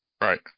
Right